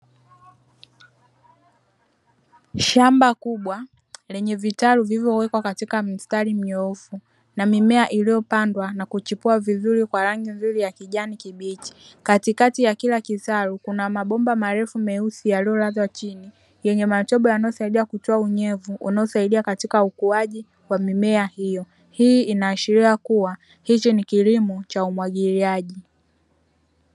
Shamba kubwa lenye vitalu vilivyowekwa katika mstari mnyoofu, na mimea iliyopandwa na kuchipua vizuri kwa rangi nzuri ya kijani kibichi katikati ya kila kitalu kuna mabomba marefu meusi yaliyolazwa chini, yenye matobo yanayosaidia kutoa unyevunyevu unaosaidia katika ukuaji wa mimea hiyo hii inaashiria kuwa hicho ni kilimo cha umwagiliaji.